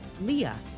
Leah